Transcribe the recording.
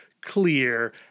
Clear